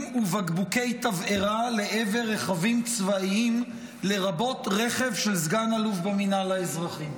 ובקבוקי תבערה לעבר רכבים צבאיים לרבות רכב של סגן אלוף במינהל האזרחי.